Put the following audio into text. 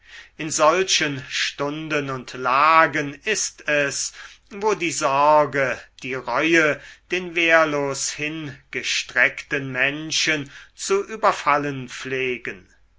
in solchen stunden und lagen ist es wo die sorge die reue den wehrlos hingestreckten menschen zu überfallen pflegen